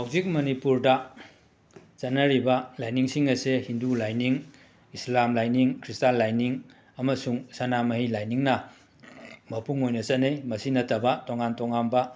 ꯍꯧꯖꯤꯛ ꯃꯅꯤꯄꯨꯔꯗ ꯆꯠꯅꯔꯤꯕ ꯂꯥꯏꯅꯤꯡꯁꯤꯡ ꯑꯁꯦ ꯍꯤꯟꯗꯨ ꯂꯥꯏꯅꯤꯡ ꯏꯝꯂꯥꯝ ꯂꯥꯏꯅꯤꯡ ꯈ꯭ꯔꯤꯁꯇꯥꯟ ꯂꯥꯏꯅꯤꯡ ꯑꯃꯁꯨꯡ ꯁꯅꯥꯃꯍꯤ ꯂꯥꯏꯅꯤꯡꯅ ꯃꯄꯨꯡ ꯑꯣꯏꯅ ꯆꯠꯅꯩ ꯃꯁꯤ ꯅꯠꯇꯕ ꯇꯣꯉꯥꯟ ꯇꯣꯉꯥꯟꯕ